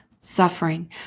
suffering